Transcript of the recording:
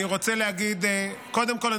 קודם כול,